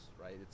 right